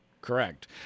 Correct